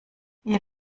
ihr